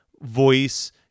voice